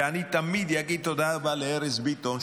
ואני תמיד אגיד תודה רבה לארז ביטון,